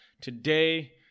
Today